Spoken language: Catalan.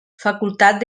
facultat